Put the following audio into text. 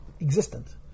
existent